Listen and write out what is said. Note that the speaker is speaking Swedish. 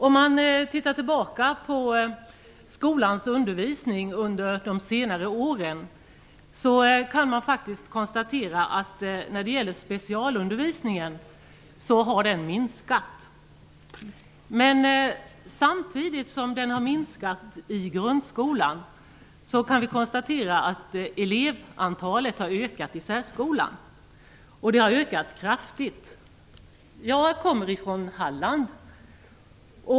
Om man ser tillbaka på skolans undervisning under de senaste åren kan man faktiskt konstatera att specialundervisningen har minskat. Men samtidigt som den har minskat i grundskolan har elevantalet ökat i särskolan, och det har ökat kraftigt. Jag kommer från Halland.